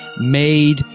made